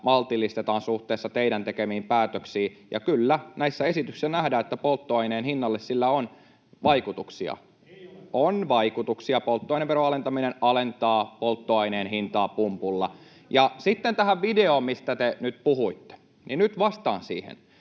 maltillistetaan suhteessa teidän tekemiinne päätöksiin. Kyllä näissä esityksissä nähdään, että polttoaineen hinnalle niillä on vaikutuksia. [Antti Kurvinen: Ei ole!] — On vaikutuksia. Polttoaineveron alentaminen alentaa polttoaineen hintaa pumpulla. Ja sitten tähän videoon, mistä te nyt puhuitte. Nyt vastaan siihen: